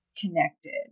connected